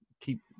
keep